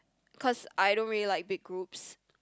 cause I don't really like big groups